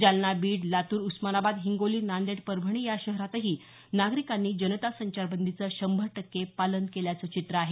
जालना बीड लातूर उस्मानाबाद हिंगोली नांदेड परभणी या शहरांतही नागरिकांनी जनता संचारबंदीचं शंभर टक्के पालन केल्याचं चित्र आहे